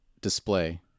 display